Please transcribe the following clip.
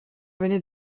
venait